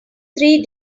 three